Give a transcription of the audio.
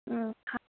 ओम